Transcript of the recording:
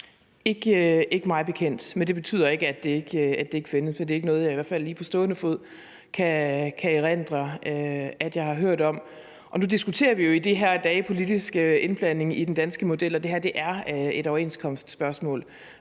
Ikke mig bekendt. Det betyder ikke, at det ikke findes. Men det er i hvert fald ikke noget, jeg lige på stående fod kan erindre at jeg har hørt om. Nu diskuterer vi jo i de her dage politisk indblanding i den danske model, og det her er et overenskomstspørgsmål,